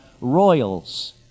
royals